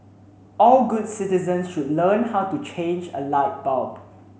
all good citizens should learn how to change a light bulb